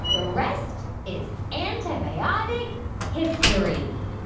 the rest is antibiotic history